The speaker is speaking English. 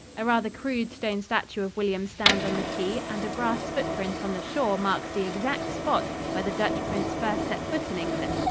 a rather crude stone statue of william stands on the quay and a brass foot-print on the shore marks the exact spot where the dutch prince first set foot in england,